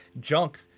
junk